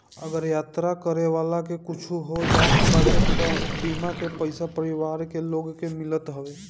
अगर यात्रा करे वाला के कुछु हो जात बाटे तअ बीमा के पईसा परिवार के लोग के मिलत हवे